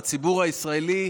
בציבור הישראלי,